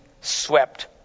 swept